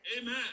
amen